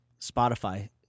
Spotify